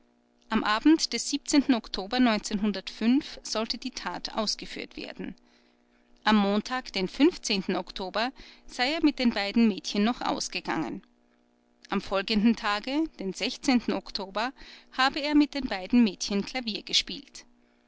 am abend des oktober sollte die tat ausgeführt werden am montag den oktober sei er mit den beiden mädchen noch ausgegangen am folgenden tage den oktober habe er mit den beiden mädchen klavier gespielt